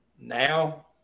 Now